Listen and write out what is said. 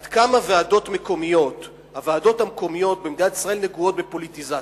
עד כמה הוועדות המקומיות במדינת ישראל נגועות בפוליטיזציה.